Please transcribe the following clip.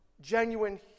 genuine